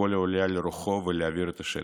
ככל העולה על רוחו ולהבעיר את השטח.